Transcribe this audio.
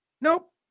Nope